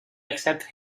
accepted